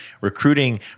recruiting